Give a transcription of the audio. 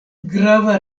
grava